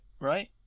right